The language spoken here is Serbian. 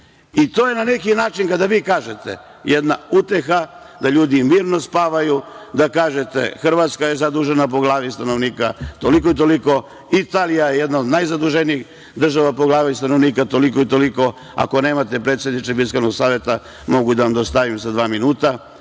je na neki način, kada vi kažete, jedna uteha, da ljudi mirno spavaju, da kažete – Hrvatska je zadužena po glavi stanovnika toliko i toliko, Italija je jedna od najzaduženijih država po glavi stanovnika toliko i toliko. Predsedniče Fiskalnog saveta, ako nemate, mogu da vam dostavim za dva minuta.